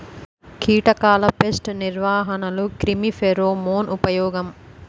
కీటకాల పేస్ట్ నిర్వహణలో క్రిమి ఫెరోమోన్ ఉపయోగం